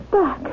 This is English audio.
Back